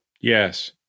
Yes